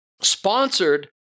sponsored